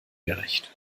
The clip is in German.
gerecht